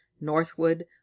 northwood